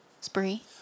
spree